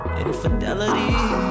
infidelity